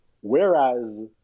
whereas